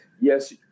yes